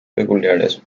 peculiares